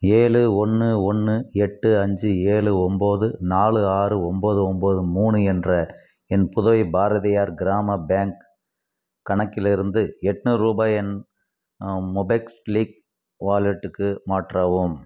ஏழு ஒன்று ஒன்று எட்டு அஞ்சு ஏழு ஒம்பது நாலு ஆறு ஒம்பது ஒம்பது மூணு என்ற என் புதுவை பாரதியார் கிராம பேங்க் கணக்கிலிருந்து எட்நூறு ரூபாயை என் மோபேக்ஸ்லிக் வாலெட்டுக்கு மாற்றவும்